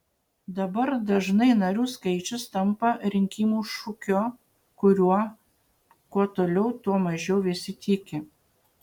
dabar dažnai narių skaičius tampa rinkimų šūkiu kuriuo kuo toliau tuo mažiau visi tiki